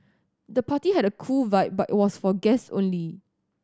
the party had a cool vibe but was for guests only